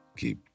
keep